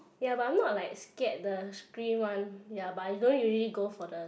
ya but I'm not like scared the scream one ya but I don't usually go for the